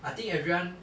I think everyone